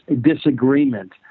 disagreement